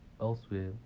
elsewhere